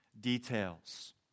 details